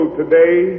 today